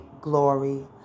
Glory